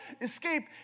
escape